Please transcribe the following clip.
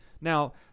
Now